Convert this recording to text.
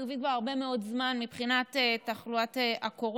אנחנו במגמה חיובית כבר הרבה מאוד זמן מבחינת תחלואת הקורונה.